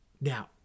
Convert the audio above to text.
Now